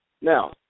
Now